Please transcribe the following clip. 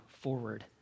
forward